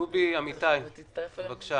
דובי אמיתי בבקשה.